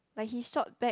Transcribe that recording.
but he shot back